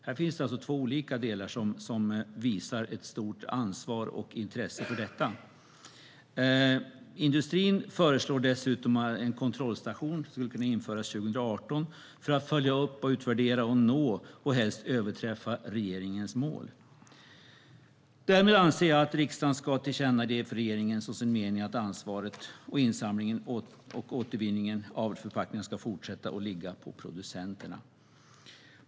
Här finns alltså två olika delar som visar ett stort ansvar och intresse för detta. Industrin föreslår dessutom att en kontrollstation införs 2018 för att följa upp, utvärdera, nå och helst överträffa regeringens mål. Därmed anser jag att riksdagen ska tillkännage för regeringen som sin mening att ansvaret, insamlingen och återvinningen av förpackningar ska fortsätta att ligga på producenterna.